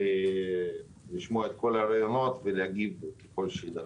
לשמוע את כל הרעיונות ולהגיב עליהם.